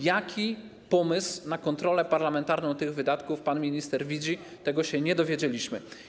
Jaki pomysł na kontrolę parlamentarną tych wydatków widzi pan minister, tego się nie dowiedzieliśmy.